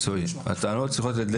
הבעיה עומדת בפני כל